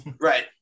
Right